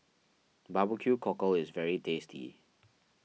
Barbecue Cockle is very tasty